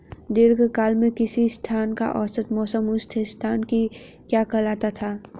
दीर्घकाल में किसी स्थान का औसत मौसम उस स्थान की क्या कहलाता है?